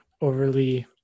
overly